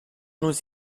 nous